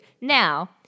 Now